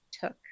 took